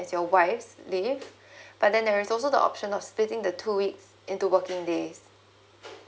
as your wife's leave like but then there's also the option of spliting the two weeks into working days